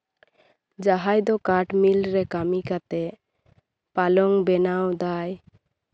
ᱡᱟᱦᱟᱸᱭ ᱫᱚ ᱠᱟᱴᱷ ᱢᱤᱞ ᱨᱮ ᱠᱟᱹᱢᱤ ᱠᱟᱛᱮᱜ ᱯᱟᱞᱚᱝ ᱵᱮᱱᱟᱣ ᱫᱟᱭ